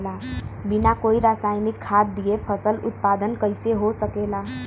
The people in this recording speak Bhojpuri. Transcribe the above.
बिना कोई रसायनिक खाद दिए फसल उत्पादन कइसे हो सकेला?